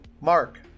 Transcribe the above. Mark